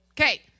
Okay